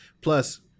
Plus